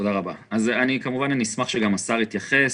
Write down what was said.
אני כמובן אשמח שגם השר יתייחס.